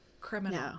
criminal